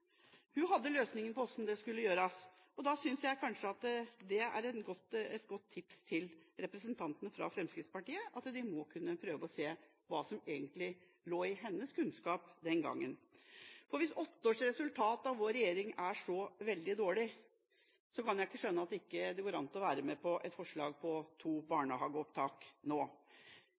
hun var representant. Hun hadde løsningen på hvordan det skulle gjøres, og da synes jeg kanskje at det er et godt tips til representanten fra Fremskrittspartiet at de må kunne prøve å se hva som egentlig lå i hennes kunnskap den gangen. Hvis resultatet etter åtte år med vår regjering er så veldig dårlig, kan jeg ikke skjønne at det ikke går an å være med på et forslag om to barnehageopptak nå,